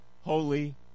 holy